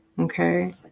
okay